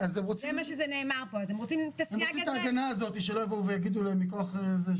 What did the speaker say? אני רוצה לומר לך שאני כסגן שר החינוך התעסקתי עם מעלון לילד נכה.